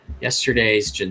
yesterday's